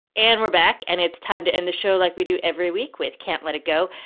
and we're back. and it's time to end the show like we do every week with can't let it go.